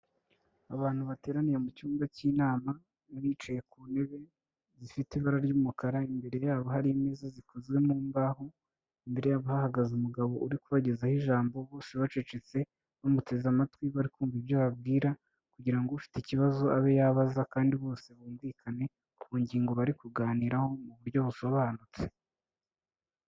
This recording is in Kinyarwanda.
Abantu bateraniye mu cyumba cy'inama, bicaye ku ntebe zifite ibara ry'umukara, imbere yabo hari imeza zikozwe mu mbaho, imbere yabo hahagaze umugabo uri kubagezaho ijambo ,bose bacecetse bamuteze amatwi bari kumva ibyo abababwira kugira ngo ufite ikibazo abe yabaza kandi bose bumvikane ku ngingo bari kuganiraho mu buryo busobanutse.